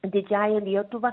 didžiąja lietuva